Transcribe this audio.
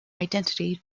identity